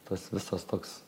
tas visas toks